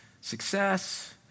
success